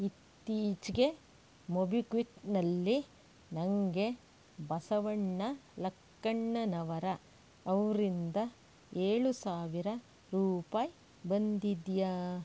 ಇತ್ತೀಚೆಗೆ ಮೊಬಿಕ್ವಿಕ್ನಲ್ಲಿ ನನಗೆ ಬಸವಣ್ಣ ಲಕ್ಕಣ್ಣನವರ ಅವರಿಂದ ಏಳು ಸಾವಿರ ರೂಪಾಯಿ ಬಂದಿದೆಯೇ